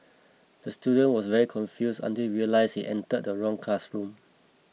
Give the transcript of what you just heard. the student was very confused until he realised he entered the wrong classroom